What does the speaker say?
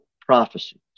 prophecies